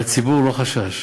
והציבור לא חשש,